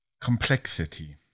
complexity